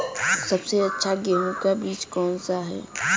सबसे अच्छा गेहूँ का बीज कौन सा है?